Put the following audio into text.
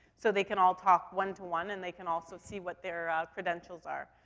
so they can all talk one to one, and they can also see what their, ah, credentials are.